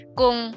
kung